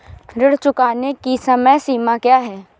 ऋण चुकाने की समय सीमा क्या है?